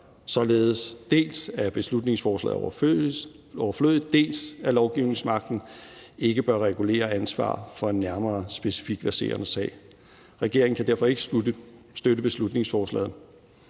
således, dels at beslutningsforslaget er overflødigt, dels at lovgivningsmagten ikke bør regulere ansvar for en nærmere, specifik, verserende sag. Regeringen kan derfor ikke støtte beslutningsforslaget.